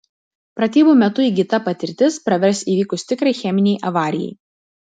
pratybų metu įgyta patirtis pravers įvykus tikrai cheminei avarijai